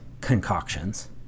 concoctions